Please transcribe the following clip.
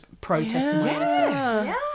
protesting